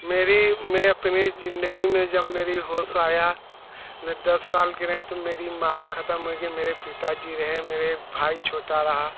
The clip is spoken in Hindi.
मेरी मैं अपनी ज़िंदगी में जब मेरा होश आया मैं दस साल के रहे तो मेरी माँ ख़त्म हो गई मेरे पिता जी रहे मेरे भाई छोटा रहा